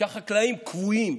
החקלאים כבויים.